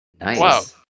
Nice